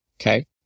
okay